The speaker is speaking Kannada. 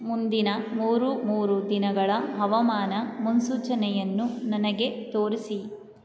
ಮುಂದಿನ ಮೂರು ಮೂರು ದಿನಗಳ ಹವಾಮಾನ ಮುನ್ಸೂಚನೆಯನ್ನು ನನಗೆ ತೋರಿಸಿ